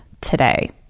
today